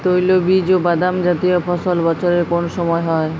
তৈলবীজ ও বাদামজাতীয় ফসল বছরের কোন সময় হয়?